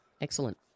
Excellent